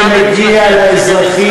שמגיע לאזרחים האלה הביתה.